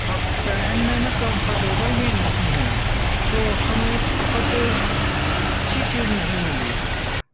اور پہننے میں کمفرٹیبل بھی نہیں ہیں تو ہمیں ایک بہت اچھی چیز نہیں ملی